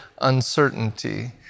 uncertainty